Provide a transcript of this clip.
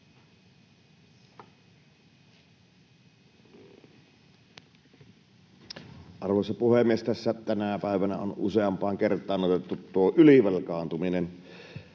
Arvoisa puhemies! Tässä tänä päivänä on useampaan kertaan otettu tuo ylivelkaantuminen